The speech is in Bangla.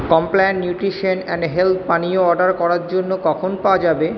কমপ্ল্যান নিউট্রিশন অ্যান্ড হেলথ্ পানীয় অর্ডার করার জন্য কখন পাওয়া যাবে